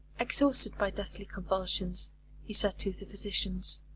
exhausted by deathly convulsions he said to the physicians,